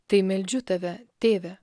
tai meldžiu tave tėve